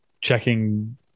checking